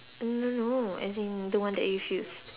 no no no as in the one that you've used